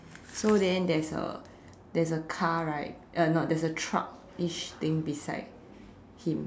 so then there's a there's a car right uh no there's a truckish thing beside him